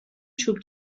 چوب